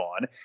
on